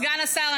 סגן השר,